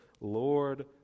Lord